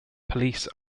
police